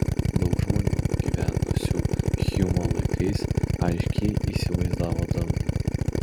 daug žmonių gyvenusių hjumo laikais aiškiai įsivaizdavo dangų